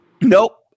nope